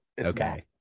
okay